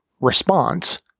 response